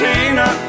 Tina